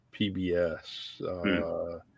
PBS